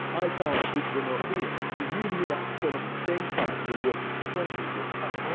i can't tweak the nut here. so you and me have to turn up at the same time, and the work is sequential. it goes past.